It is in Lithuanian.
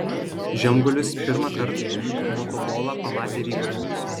žemgulis pirmąkart motobolą pamatė rygoje